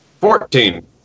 Fourteen